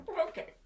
Okay